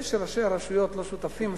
זה שראשי הרשויות לא שותפים,